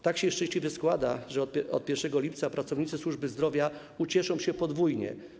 Tak się szczęśliwie składa, że od 1 lipca pracownicy służby zdrowia ucieszą się podwójnie.